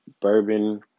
bourbon